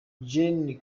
gen